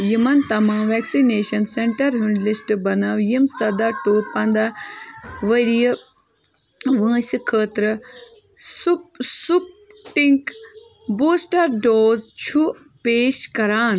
یِمَن تمام وٮ۪کسِنیشن سینٛٹرن ہُنٛد لِسٹ بنٲوِو یِم سَداہ ٹُو پنٛداہ ؤرۍیہِ وٲنٛسہِ خٲطرٕ سُہ سُہ سُپُٹِنٛک بوٗسٹر ڈوز چھُ پیش کَران